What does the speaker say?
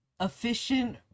Efficient